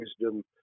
wisdom